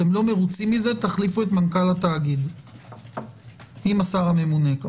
אתם לא מרוצים מזה תחליפו את מנכ"ל התאגיד עם השר הממונה.